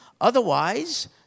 Otherwise